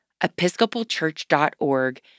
episcopalchurch.org